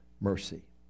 mercy